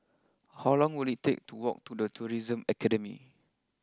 how long will it take to walk to the Tourism Academy